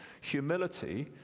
humility